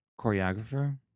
Choreographer